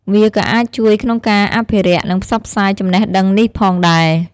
វាក៏អាចជួយក្នុងការអភិរក្ស និងផ្សព្វផ្សាយចំណេះដឹងនេះផងដែរ។